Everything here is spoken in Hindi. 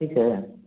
ठीक है